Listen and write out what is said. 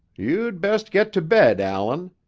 you'd best get to bed, allan.